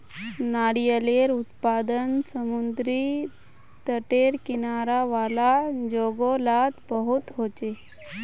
नारियालेर उत्पादन समुद्री तटेर किनारा वाला जोगो लात बहुत होचे